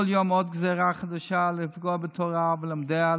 כל יום עוד גזרה חדשה לפגוע בתורה ולומדיה,